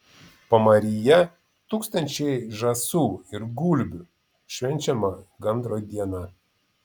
pamaryje tūkstančiai žąsų ir gulbių švenčiama gandro diena